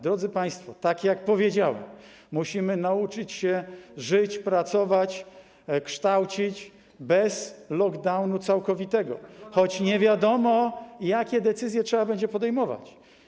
Drodzy państwo, tak jak powiedziałem, musimy nauczyć się żyć, pracować, kształcić bez lockdownu całkowitego, choć nie wiadomo, jakie decyzje trzeba będzie podejmować.